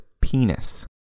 penis